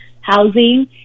housing